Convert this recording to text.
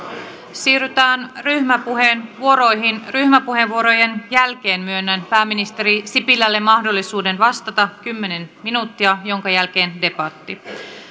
siirrytään ryhmäpuheenvuoroihin ryhmäpuheenvuorojen jälkeen myönnän pääministeri sipilälle mahdollisuuden vastata kymmenen minuuttia minkä jälkeen debatti